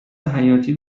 حیاتی